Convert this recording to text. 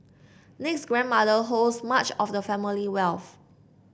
Nick's grandmother holds much of the family wealth